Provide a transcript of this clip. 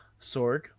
sorg